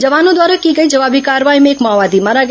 जवानों द्वारा की गई जवाबी कार्रवाई में एक माओवादी मारा गया